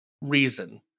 reason